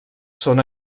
són